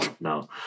no